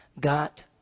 got